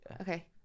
Okay